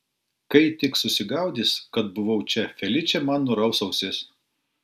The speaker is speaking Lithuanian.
kai tik susigaudys kad buvau čia feličė man nuraus ausis